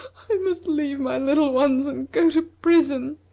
must leave my little ones, and go to prison.